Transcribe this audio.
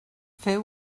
feu